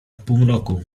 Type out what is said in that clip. półmroku